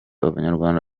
abanyarwanda